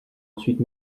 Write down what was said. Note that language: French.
ensuite